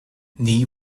nie